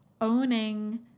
owning